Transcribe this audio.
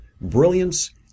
brilliance